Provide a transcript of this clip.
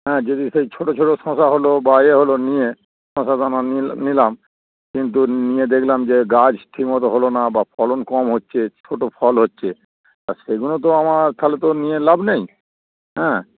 হ্যাঁ যদি সেই ছোটো ছোটো শসা হলো বা এ হলো নিয়ে শসা দানা নি নিলাম কিন্তু নিয়ে দেখলাম যে গাছ ঠিক মতো হলো না বা ফলন কম হচ্ছে ছোটো ফল হচ্ছে সেইগুনো তো আমার তাালে তো নিয়ে লাভ নেই হ্যাঁ